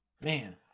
man